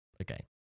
Okay